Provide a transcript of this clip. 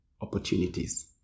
opportunities